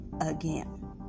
again